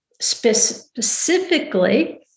specifically